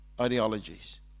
ideologies